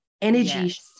energy